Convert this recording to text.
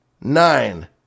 nine